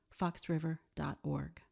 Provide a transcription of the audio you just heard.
foxriver.org